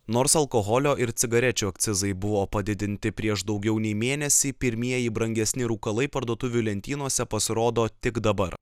nors alkoholio ir cigarečių akcizai buvo padidinti prieš daugiau nei mėnesį pirmieji brangesni rūkalai parduotuvių lentynose pasirodo tik dabar